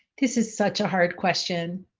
this is such a hard question.